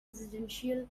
residential